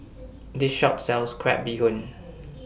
This Shop sells Crab Bee Hoon